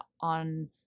on